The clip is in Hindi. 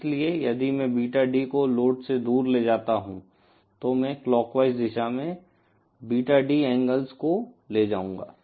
इसलिए यदि मैं बीटा D को लोड से दूर ले जाता हूं तो मैं क्लॉकवाइज दिशा में बीटा डी एंगल्स को ले जाऊंगा